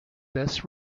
best